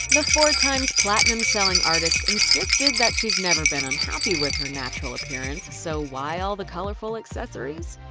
the four times platinum selling artist insisted that she's never been unhappy with her natural appearance, so why all the colorful accessories?